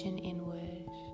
Inward